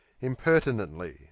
Impertinently